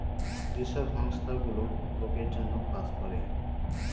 যে সব সংস্থা গুলো লোকের জন্য কাজ করে